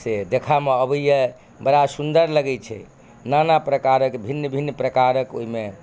से देखामे अबइए बड़ा सुन्दर लगय छै नाना प्रकारक भिन्न भिन्न प्रकारक ओइमे